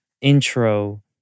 intro